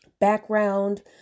background